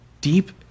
deep